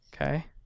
Okay